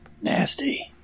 Nasty